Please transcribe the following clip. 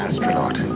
Astronaut